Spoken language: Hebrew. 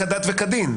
כדת וכדין.